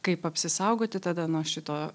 kaip apsisaugoti tada nuo šito